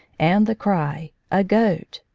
and the cry a goat!